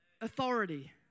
authority